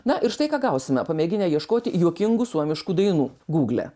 na ir štai ką gausime pamėginę ieškoti juokingų suomiškų dainų gugle